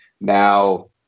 now